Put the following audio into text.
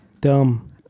Dumb